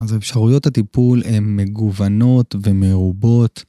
‫אז האפשרויות הטיפול ‫הן מגוונות ומרובות.